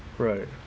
right